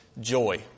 joy